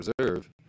Reserve